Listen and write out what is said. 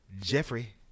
Jeffrey